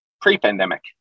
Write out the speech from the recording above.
pre-pandemic